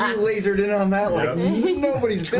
um lasered in on that like nobody's